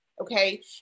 okay